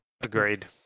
Agreed